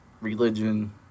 religion